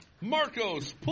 Marcos